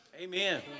Amen